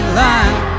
line